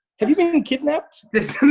have you been kidnapped?